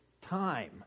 time